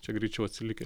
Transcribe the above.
čia greičiau atsilikę